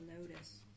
notice